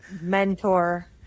mentor